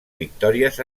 victòries